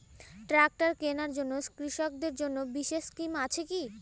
Tractor কেনার জন্য কৃষকদের জন্য বিশেষ স্কিম আছে কি?